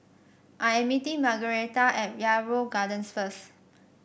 I am meeting Margueritta at Yarrow Gardens first